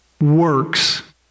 works